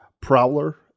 Prowler